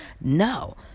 No